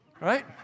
right